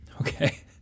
Okay